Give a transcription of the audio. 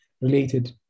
related